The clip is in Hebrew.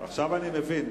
עכשיו אני מבין.